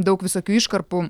daug visokių iškarpų